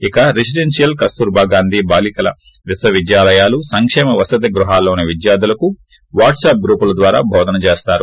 ఇక రెసిడెన్నియల్ కస్తూర్బాగాంధీ బాలికల విద్యాలయాలు సంకేమ వసతి గృహాల్లోని విద్యార్థులకు వాట్పప్ గ్రూపుల ద్వారా బోధిస్తారు